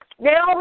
Now